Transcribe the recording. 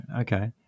Okay